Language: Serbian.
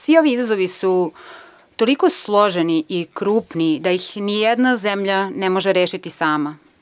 Svi ovi izazovi su toliko složeni i krupni da ih nijedna zemlja ne može rešiti sama.